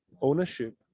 ownership